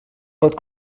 pot